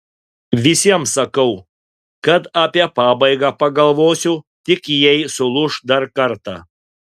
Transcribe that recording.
visiems sakau kad apie pabaigą pagalvosiu tik jei sulūš dar kartą